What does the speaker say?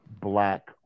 black